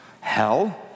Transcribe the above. Hell